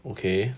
okay